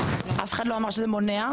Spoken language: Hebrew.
-- אף אחד לא אמר שזה מונע,